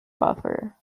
buffer